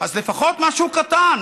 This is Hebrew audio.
אז לפחות משהו קטן.